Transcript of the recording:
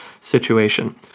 situation